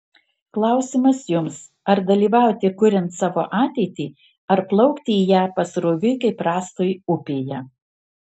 klausimas jums ar dalyvauti kuriant savo ateitį ar plaukti į ją pasroviui kaip rąstui upėje